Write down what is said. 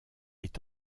est